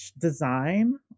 design